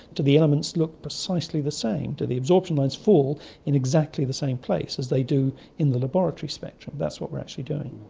do the elements look precisely the same, do the absorption lines fall in exactly the same place as they do in the laboratory spectrum? that's what we're actually doing.